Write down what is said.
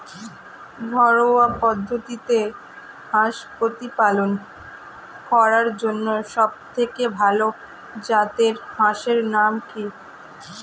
ঘরোয়া পদ্ধতিতে হাঁস প্রতিপালন করার জন্য সবথেকে ভাল জাতের হাঁসের নাম কি?